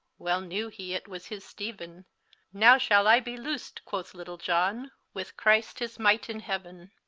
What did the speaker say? well knewe he it was his steven now shall i be looset, quoth little john, with christ his might in heaven.